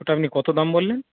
ওটা আপনি কত দাম বললেন